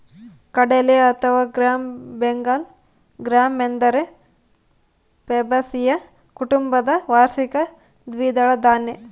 ಕಡಲೆ ಅಥವಾ gram Bengal gram ಎಂಬುದು ಫ್ಯಾಬಾಸಿಯ ಕುಟುಂಬದ ವಾರ್ಷಿಕ ದ್ವಿದಳ ಧಾನ್ಯ